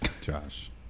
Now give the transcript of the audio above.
Josh